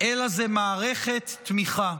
אלא זה מערכת תמיכה.